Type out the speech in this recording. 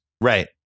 Right